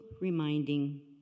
reminding